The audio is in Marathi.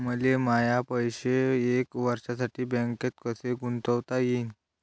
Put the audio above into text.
मले माये पैसे एक वर्षासाठी बँकेत कसे गुंतवता येईन?